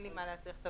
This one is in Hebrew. אבל